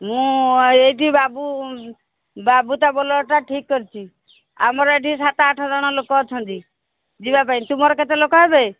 ମୁଁ ଏଇଠି ବାବୁ ବାବୁ ତା ବୋଲରୋଟା ଠିକ କରିଛି ଆମର ଏଠି ସାତ ଆଠ ଜଣ ଲୋକ ଅଛନ୍ତି ଯିବା ପାଇଁ ତୁମର କେତେ ଲୋକ ହେବେ